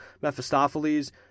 Mephistopheles